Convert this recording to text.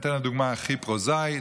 אני אתן הדוגמה הכי פרוזאית: